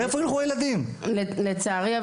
לצערי,